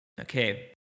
Okay